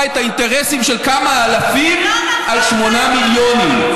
את האינטרסים של כמה אלפים על 8 מיליונים.